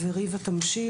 אני אתחיל וריבה תמשיך.